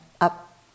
up